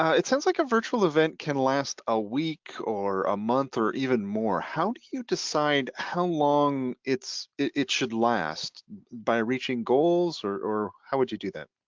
it sounds like a virtual event can last a week or a month or even more, how do you decide how long it should last by reaching goals or or how would you do that?